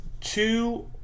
two